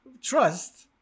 trust